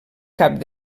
cap